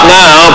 now